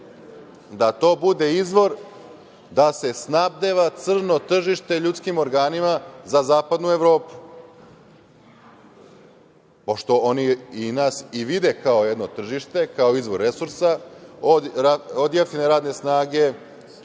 da to bude izvor da se snabdeva crno tržište ljudskim organima za Zapadnu Evropu, pošto oni nas i vide kao jedno tržište, kao izvor resursa od jeftine radne snage